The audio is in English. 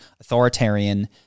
authoritarian